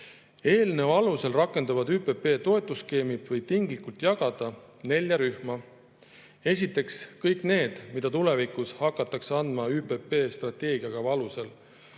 Eelnõu alusel rakendatavad ÜPP toetusskeemid võib tinglikult jagada nelja rühma. Esiteks, kõik need, mida tulevikus hakatakse andma ÜPP strateegiakava alusel